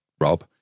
Rob